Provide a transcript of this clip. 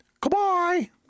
Goodbye